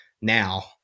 now